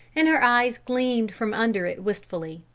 and her eyes gleamed from under it wistfully.